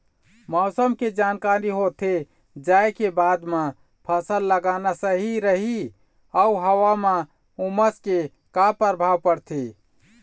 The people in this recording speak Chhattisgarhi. मौसम के जानकारी होथे जाए के बाद मा फसल लगाना सही रही अऊ हवा मा उमस के का परभाव पड़थे?